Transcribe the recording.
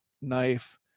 knife